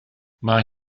mae